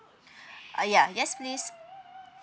uh yeah yes please